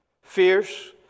fierce